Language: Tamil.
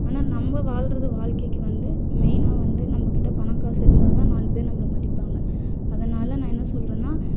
ஆனால் நம்ம வாழ்றது வாழ்க்கைக்கு வந்து மெயினாக வந்து நம்மக்கிட்ட பணம் காசு இருந்தால் தான் நாலு பேர் நம்மள மதிப்பாங்கள் அதனால் நான் என்ன சொல்கிறேன்னா